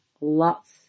lots